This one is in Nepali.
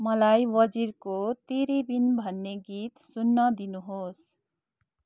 मलाई वजिरको तेरे बिन भन्ने गीत सुन्न दिनुहोस्